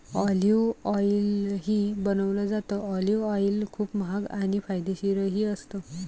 olive ऑईलही बनवलं जातं, ऑलिव्ह ऑईल खूप महाग आणि फायदेशीरही असतं